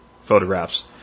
photographs